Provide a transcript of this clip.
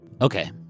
Okay